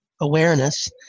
awareness